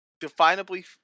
definably